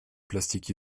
plastique